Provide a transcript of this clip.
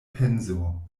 penso